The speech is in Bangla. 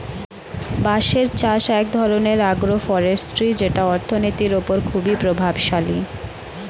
বাঁশের চাষ এক ধরনের আগ্রো ফরেষ্ট্রী যেটা অর্থনীতির ওপর খুবই প্রভাবশালী